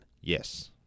Yes